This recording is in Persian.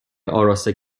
آراسته